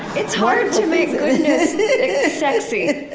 it's hard to make good news sexy.